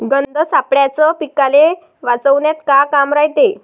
गंध सापळ्याचं पीकाले वाचवन्यात का काम रायते?